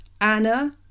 anna